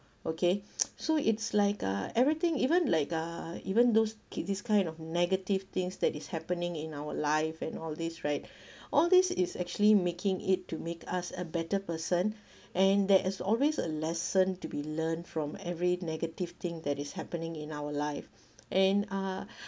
okay so it's like uh everything even like uh even those kid this kind of negative things that is happening in our life and all these right all these is actually making it to make us a better person and there is always a lesson to be learned from every negative thing that is happening in our life and uh